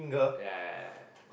ya